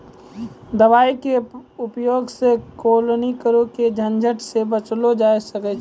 दवाई के उपयोग सॅ केलौनी करे के झंझट सॅ बचलो जाय ल सकै छै